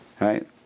right